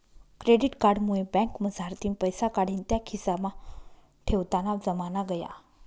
credit card मुये बँकमझारतीन पैसा काढीन त्या खिसामा ठेवताना जमाना गया